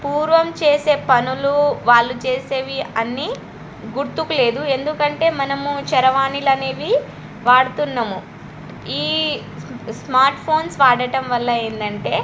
పూర్వం చేసే పనులు వాళ్ళు చేసేవి అన్ని గుర్తుకులేదు ఎందుకంటే మనము చరవాణిలనేవి వాడుతున్నాము ఈ స్మార్ట్ ఫోన్స్ వాడటం వల్ల ఏమిటి అంటే